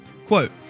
Quote